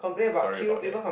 sorry about that